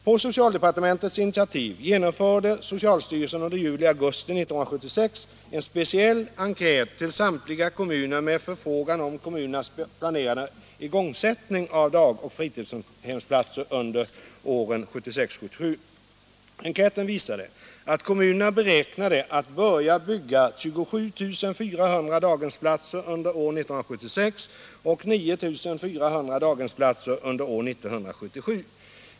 På socialdepartementets initiativ genomförde socialstyrelsen under juli-augusti 1976 en speciell enkät till samtliga kommuner med förfrågan om kommunernas planerade igångsättning av dagoch fritidshemsplatser under åren 1976 och 1977. Enkäten visade att kommunerna beräknade att börja bygga 27 400 daghemsplatser under år 1976 och 9 400 daghemsplatser under år 1977.